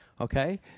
Okay